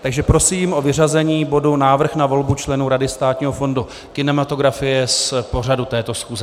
Takže prosím o vyřazení bodu Návrh na volbu členů Rady Státního fondu kinematografie z pořadu této schůze.